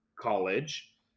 College